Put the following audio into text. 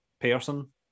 person